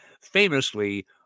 famously